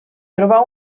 trobar